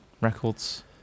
records